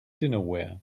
dinnerware